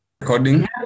Recording